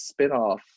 spinoff